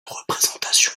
représentation